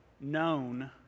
known